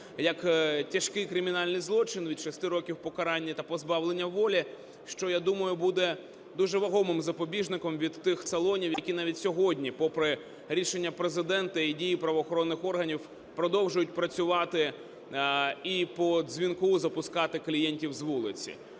як тяжкий кримінальний злочин – від 6 років покарання та позбавлення волі, що, я думаю, буде дуже вагомим запобіжників від тих салонів, які навіть сьогодні попри рішення Президента і дії правоохоронних органів продовжують працювати і по дзвінку запускати клієнтів з вулиці.